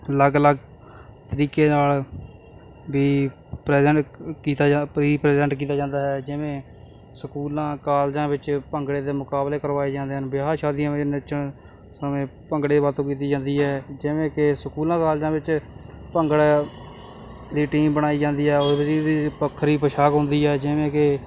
ਅਲੱਗ ਅਲੱਗ ਤਰੀਕੇ ਨਾਲ ਵੀ ਪ੍ਰੈਜੈਂਟ ਕ ਕੀਤਾ ਜਾ ਪਰੀਪ੍ਰੈਜੈਂਟ ਕੀਤਾ ਜਾਂਦਾ ਹੈ ਜਿਵੇਂ ਸਕੂਲਾਂ ਕਾਲਜਾਂ ਵਿੱਚ ਭੰਗੜੇ ਦੇ ਮੁਕਾਬਲੇ ਕਰਵਾਏ ਜਾਂਦੇ ਹਨ ਵਿਆਹ ਸ਼ਾਦੀਆਂ ਵਿਚ ਨੱਚਣ ਸਮੇਂ ਭੰਗੜੇ ਵਰਤੋਂ ਕੀਤੀ ਜਾਂਦੀ ਹੈ ਜਿਵੇਂ ਕਿ ਸਕੂਲਾਂ ਕਾਲਜਾਂ ਵਿੱਚ ਭੰਗੜਾ ਦੀ ਟੀਮ ਬਣਾਈ ਜਾਂਦੀ ਆ ਉਹਦੀ ਜਿਹੜੀ ਵੱਖਰੀ ਪੋਸ਼ਾਕ ਹੁੰਦੀ ਹੈ ਜਿਵੇਂ ਕਿ